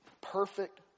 perfect